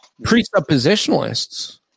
presuppositionalists